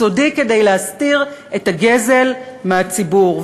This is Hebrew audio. סודי כדי להסתיר את הגזל מהציבור,